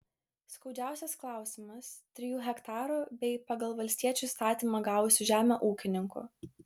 skaudžiausias klausimas trijų hektarų bei pagal valstiečių įstatymą gavusių žemę ūkininkų